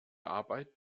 arbeit